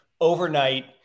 overnight